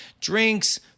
drinks